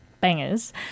bangers